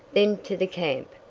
then to the camp!